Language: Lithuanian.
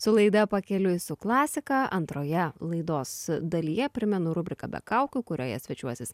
su laida pakeliui su klasika antroje laidos dalyje primenu rubrika be kaukių kurioje svečiuosis